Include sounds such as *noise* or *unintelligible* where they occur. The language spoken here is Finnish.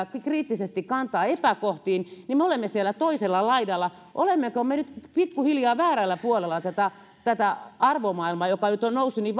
kriittisesti kantaa epäkohtiin niin me olemme siellä toisella laidalla olemmeko me nyt pikkuhiljaa väärällä puolella tätä tätä arvomaailmaa joka nyt on noussut niin *unintelligible*